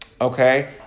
okay